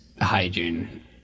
hygiene